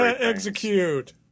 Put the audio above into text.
Execute